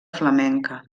flamenca